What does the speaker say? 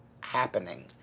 happening